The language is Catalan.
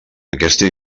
aquesta